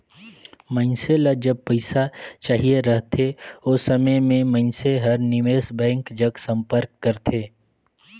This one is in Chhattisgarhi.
मइनसे ल जब पइसा चाहिए रहथे ओ समे में मइनसे हर निवेस बेंक जग संपर्क करथे